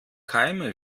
keime